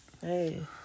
Hey